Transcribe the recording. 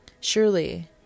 surely